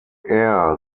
air